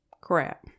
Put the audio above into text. crap